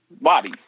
body